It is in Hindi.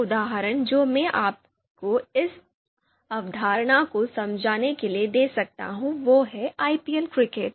एक उदाहरण जो मैं आपको इस अवधारणा को समझाने के लिए दे सकता हूं वह है आईपीएल क्रिकेट